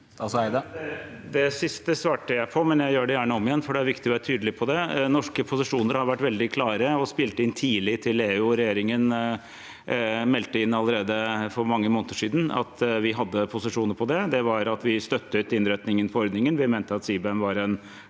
Det siste svar- te jeg på, men jeg gjør det gjerne om igjen, for det er viktig å være tydelig på det: Norske posisjoner har vært veldig klare og spilt inn tidlig til EU. Regjeringen meldte inn allerede for mange måneder siden at vi hadde posisjoner på dette, og det var at vi støttet innretningen på ordningen, vi mente at CBAM var en